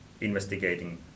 investigating